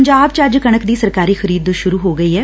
ਪੰਜਾਬ ਚ ਅੱਜ ਕਣਕ ਦੀ ਸਰਕਾਰੀ ਖਰੀਦ ਸੁਰੂ ਹੋ ਗਈ ਐ